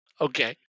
Okay